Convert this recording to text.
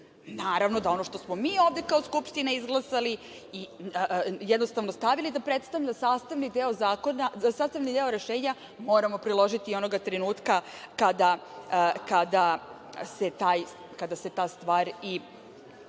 Naravno da ono što smo mi ovde kao Skupština izglasali jednostavno stavili da predstavlja sastavni deo rešenja moramo priložiti onog trenutka kada se ta stvar i